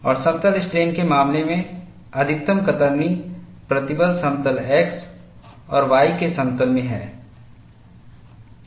और समतल स्ट्रेन के मामले में अधिकतम कतरनी प्रतिबल समतल x और y के समतल में है